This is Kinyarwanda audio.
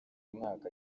mwaka